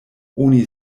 oni